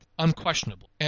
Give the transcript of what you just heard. Unquestionable